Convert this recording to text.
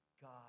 God